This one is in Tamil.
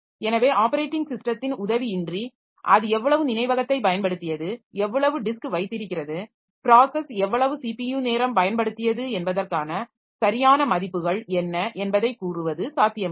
எனவே ஆப்பரேட்டிங் ஸிஸ்டத்தின் உதவியின்றி அது எவ்வளவு நினைவகத்தைப் பயன்படுத்தியது எவ்வளவு டிஸ்க் வைத்திருக்கிறது ப்ராஸஸ் எவ்வளவு ஸிபியு நேரம் பயன்படுத்தியது என்பதற்கான சரியான மதிப்புகள் என்ன என்பதை கூறுவது சாத்தியமில்லை